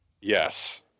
Yes